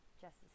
justice